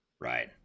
right